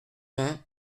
vingt